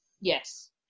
Yes